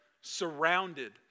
surrounded